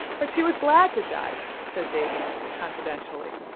but she was glad to die, said davy confidentially.